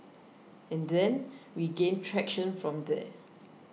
and then we gained traction from there